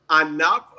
enough